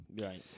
Right